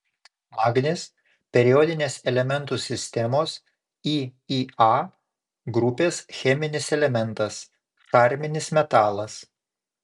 magnis periodinės elementų sistemos iia grupės cheminis elementas šarminis metalas